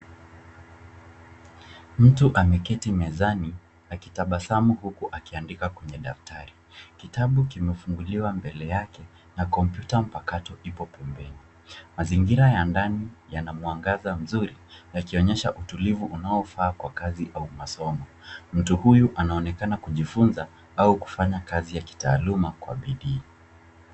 Mtu ameketi mezani akitabasamu huku akiandika kwenye daftari. Kitabu kimefunguliwa mbele yake na kompyuta mpakato kipo pembeni. Mazingira ya ndani yana mwangaza mzuri yakionyesha utulivu unaofaa kwa kazi ya umasomo. Mtu huyu anaonekana kujifunza au kufanya kazi ya kitaaluma kwa bidii.